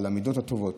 על המידות הטובות.